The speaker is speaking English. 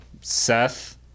Seth